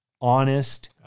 honest